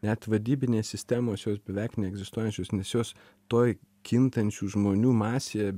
net vadybinės sistemos jos beveik neegzistuojančios nes jos toj kintančių žmonių masėje